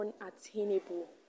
unattainable